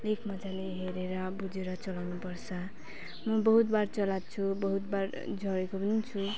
अलिक मजाले हेरेर बुझेर चलाउनुपर्छ म बहुतबार चलाएको छु बहुतबार झरेको पनि छु